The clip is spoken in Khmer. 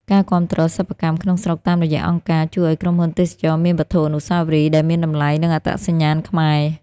ការគាំទ្រសិប្បកម្មក្នុងស្រុកតាមរយៈអង្គការ ជួយឱ្យក្រុមហ៊ុនទេសចរណ៍មានវត្ថុអនុស្សាវរីយ៍ដែលមានតម្លៃ និងអត្តសញ្ញាណខ្មែរ។